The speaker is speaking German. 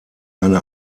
eine